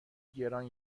گران